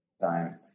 time